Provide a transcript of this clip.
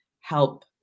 help